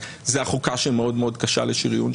זה החוקה שמאוד מאוד קשה לשריון,